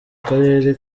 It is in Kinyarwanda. karere